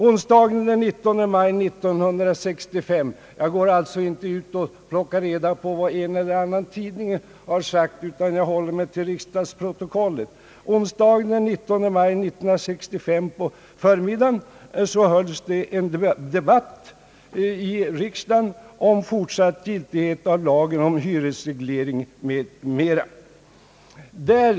Onsdagen den 19 maj 1965 hölls på förmiddagen en debatt i riksdagen om fortsatt giltighet av lagen om hyresreglering m.m.